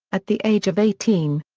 at the age of eighteen.